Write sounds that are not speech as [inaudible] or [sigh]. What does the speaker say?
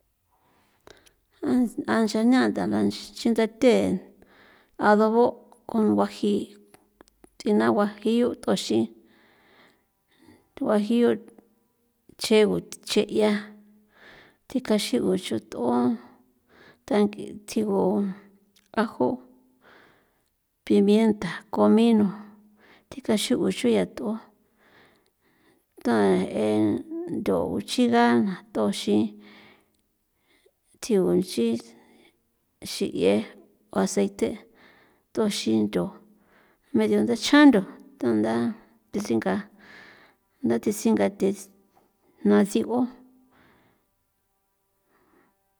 An ncha na nchindathe adobo' con guaji thi na guajillo toxin [noise] guajillo chjego che'ia thi kaxin 'u nchu t'on uan tangi tjigu ajo, pimienta, comino thikaxu'u xuya t'ua tan entho uchiga ana toxin tjigu nchi xi'ie aceite tuxintho medio dichjan ntho [noise] tanda tasinga [noise] ndate singa the jna siꞌo. [noise]